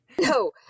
no